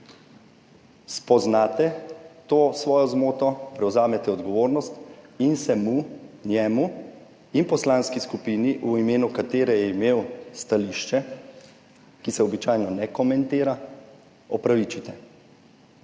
spoznate to svojo zmoto, prevzamete odgovornost in se njemu in poslanski skupini, v imenu katere je imel stališče, ki se običajno ne komentira, opravičite.